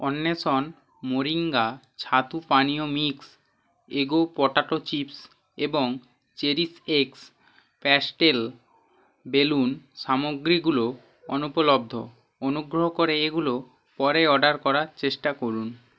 অন্বেষণ মোরিঙ্গা ছাতু পানীয় মিক্স এগো পটাটো চিপস এবং চেরিশএক্স প্যাস্টেল বেলুন সামগ্রীগুলো অনুপলব্ধ অনুগ্রহ করে এগুলো পরে অর্ডার করার চেষ্টা করুন